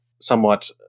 somewhat